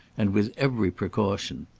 and with every precaution.